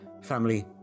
family